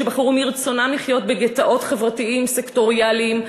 שבחרו מרצונם לחיות בגטאות חברתיים סקטוריאליים,